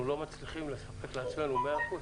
אנחנו לא מצליחים לספק לעצמנו מאה אחוז?